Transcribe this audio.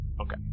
Okay